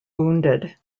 wounded